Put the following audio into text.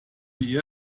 die